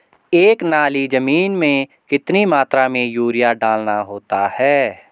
एक नाली जमीन में कितनी मात्रा में यूरिया डालना होता है?